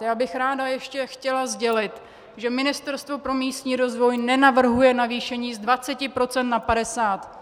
Já bych ráda ještě chtěla sdělit, že Ministerstvo pro místní rozvoj nenavrhuje navýšení z dvaceti procent na padesát.